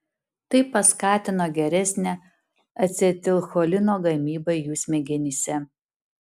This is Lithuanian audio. tai paskatino geresnę acetilcholino gamybą jų smegenyse